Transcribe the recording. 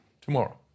Tomorrow